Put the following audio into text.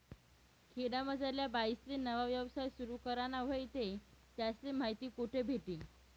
खेडामझारल्या बाईसले नवा यवसाय सुरु कराना व्हयी ते त्यासले माहिती कोठे भेटी?